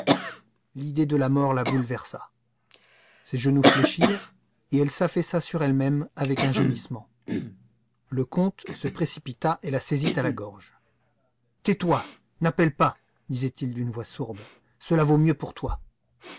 l'idée de la mort la bouleversa ses genoux fléchirent et elle s'affaissa sur elle-même avec un gémissement le comte se précipita et la saisit à la gorge tais-toi n'appelle pas disait-il d'une voix sourde cela vaut mieux pour toi